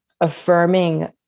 affirming